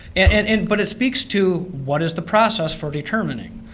and and but it speaks to what is the process for determining?